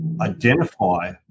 identify